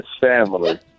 family